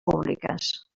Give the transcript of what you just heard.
públiques